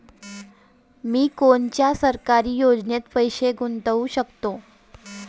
मी कोनच्या सरकारी योजनेत पैसा गुतवू शकतो?